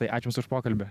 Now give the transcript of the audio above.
tai ačiū jums už pokalbį